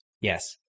Yes